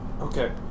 Okay